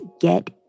get